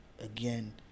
Again